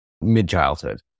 mid-childhood